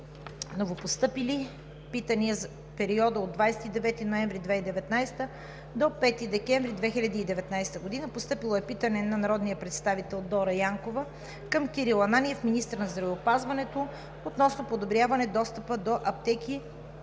Новопостъпили питания за периода от 29 ноември 2019 г. до 5 декември 2019 г. От народния представител Дора Янкова към Кирил Ананиев – министър на здравеопазването, относно подобряване достъпа до аптеки